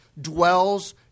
dwells